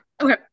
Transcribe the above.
Okay